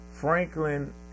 Franklin